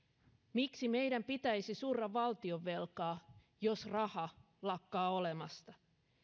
miksi meidän pitäisi surra valtionvelkaa jos raha lakkaa olemasta